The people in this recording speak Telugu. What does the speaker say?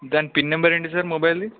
దాని పిన్ నెంబర్ ఏంటి సార్ మొబైల్ది